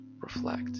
reflect